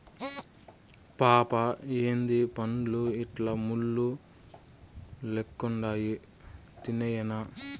పాపా ఏందీ పండ్లు ఇట్లా ముళ్ళు లెక్కుండాయి తినేయ్యెనా